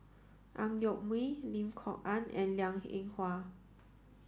Ang Yoke Mooi Lim Kok Ann and Liang Eng Hwa